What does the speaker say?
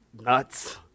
nuts